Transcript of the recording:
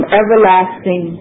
everlasting